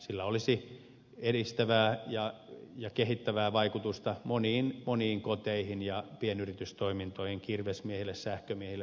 sillä olisi edistävää ja kehittävää vaikutusta moniin moniin koteihin ja pienyritystoimintoihin kirvesmiehille sähkömiehille putkimiehille ja niin edelleen